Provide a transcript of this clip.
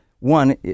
One